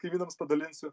kaimynams padalinsiu